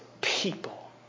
people